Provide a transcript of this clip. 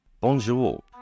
Bonjour